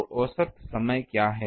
तो औसत समय क्या है